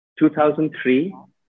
2003